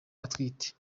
atwite